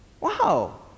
Wow